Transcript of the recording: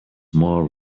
more